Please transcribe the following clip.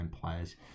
players